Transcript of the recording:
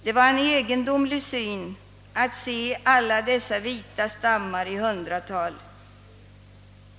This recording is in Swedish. Det var en egendomlig syn att se alla dessa vita stammar i hundratal.